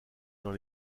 dans